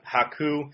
Haku